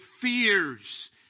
fears